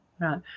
right